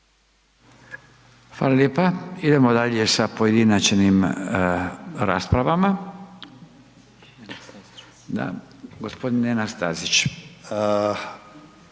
Hvala lijepa. Idemo dalje sa pojedinačnim raspravama. Gospodin Nenad Stazić.